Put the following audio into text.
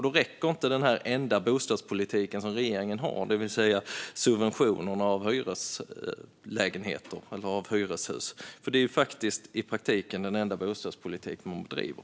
Då räcker inte den enda bostadspolitik som regeringen har, det vill säga subventioner av hyreslägenheter eller hyreshus. Det är ju i praktiken den enda bostadspolitik man bedriver.